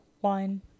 one